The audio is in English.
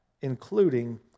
including